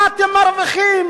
מה אתם מרוויחים,